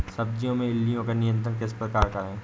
सब्जियों में इल्लियो का नियंत्रण किस प्रकार करें?